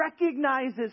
recognizes